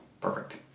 Perfect